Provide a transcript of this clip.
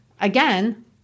again